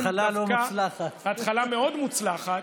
התחלה לא מוצלחת.